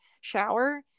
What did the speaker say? shower